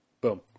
Boom